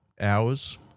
hours